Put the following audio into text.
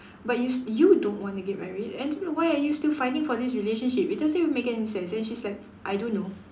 but you you don't want to get married and then why are you still finding for this relationship it doesn't even make any sense and she's like I don't know